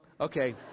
Okay